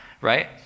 right